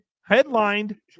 headlined